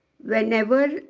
Whenever